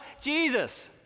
Jesus